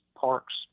parks